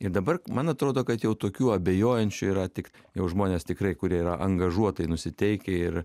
ir dabar man atrodo kad jau tokių abejojančių yra tik jau žmonės tikrai kurie yra angažuotai nusiteikę ir